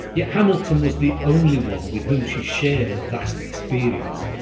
yet hamilton was the only one with whom she shared her vast experience.